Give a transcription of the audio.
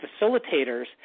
facilitators